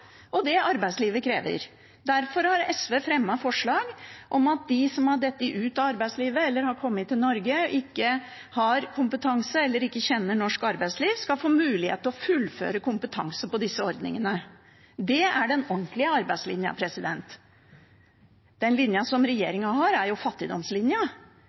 og det arbeidslivet krever. Derfor har SV fremmet forslag om at de som har falt ut av arbeidslivet, og de som har kommet til Norge og ikke har kompetanse eller ikke kjenner norsk arbeidsliv, skal få mulighet til å fullføre kompetanse gjennom disse ordningene. Det er den ordentlige arbeidslinja. Den linja som regjeringen har, er jo fattigdomslinja: